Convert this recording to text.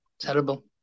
Terrible